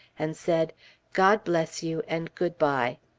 and said god bless you, and good-bye.